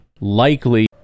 likely